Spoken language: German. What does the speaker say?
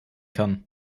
kann